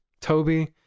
toby